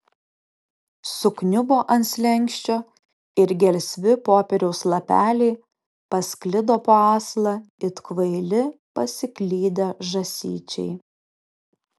sukniubo ant slenksčio ir gelsvi popieriaus lapeliai pasklido po aslą it kvaili pasiklydę žąsyčiai